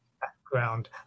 background